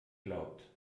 glaubt